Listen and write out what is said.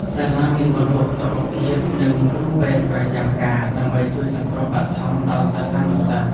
សាលាមានបន្ទប់សុខភាពនិងគ្រូពេទ្យប្រចាំការដើម្បីជួយសង្គ្រោះបឋមដល់សិស្សានុសិស្ស។